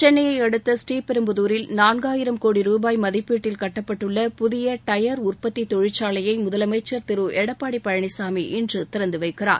சென்னைய அடுத்த ஸ்ரீபெரும்புதாரில் நான்காயிரம் கோடி ரூபாய் மதிப்பீட்டில் கட்டப்பட்டுள்ள புதிய டயர் உற்பத்தி தொழிற்சாலையை தமிழக முதலமைச்சர் திரு எடப்பாடி பழனிசாமி இன்று திறந்து வைக்கிறார்